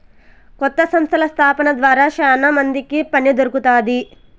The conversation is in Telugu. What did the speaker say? కొత్త సంస్థల స్థాపన ద్వారా శ్యానా మందికి పని దొరుకుతాది